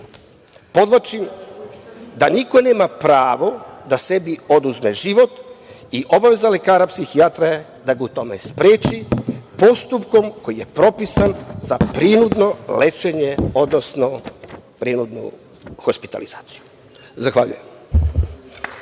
Podvlačim da niko nema pravo da sebi oduzme život i obaveza lekara psihijatra je da ga u tome spreči postupkom koji je propisan za prinudno lečenje, odnosno prinudnu hospitalizaciju. Zahvaljujem.